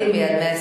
אתה אופטימי.